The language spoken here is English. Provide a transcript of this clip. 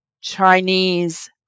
Chinese